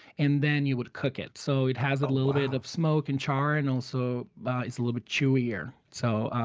and then you would cook it. so it has a little bit of smoke and char, and also it's a little bit chewier so